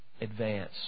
advance